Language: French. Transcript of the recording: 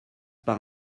par